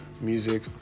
Music